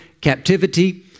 captivity